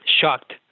shocked